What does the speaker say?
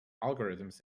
algorithms